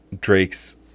Drake's